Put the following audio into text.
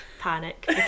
panic